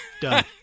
done